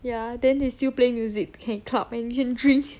ya then they still playing music can club and entry